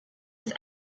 its